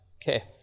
okay